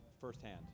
firsthand